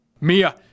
Mia